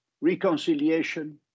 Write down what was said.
reconciliation